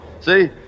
See